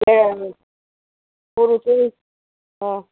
કે સોનું છે હં